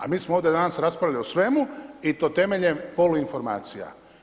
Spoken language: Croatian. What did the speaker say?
A mi smo ovdje danas raspravljali o svemu i to temeljem polu informacija.